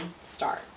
start